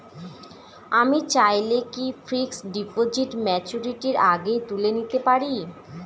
আমি চাইলে কি ফিক্সড ডিপোজিট ম্যাচুরিটির আগেই তুলে নিতে পারি?